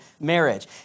marriage